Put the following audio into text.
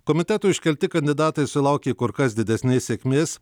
komitetų iškelti kandidatai sulaukė kur kas didesnės sėkmės